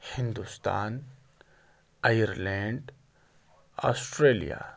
Hindustan Ireland Australia